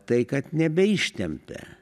tai kad nebeištempia